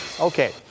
Okay